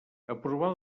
aprovar